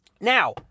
Now